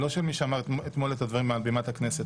לא של מי שאמר אתמול את הדברים מעל בימת הכנסת.